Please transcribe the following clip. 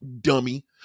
Dummy